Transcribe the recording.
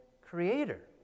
creator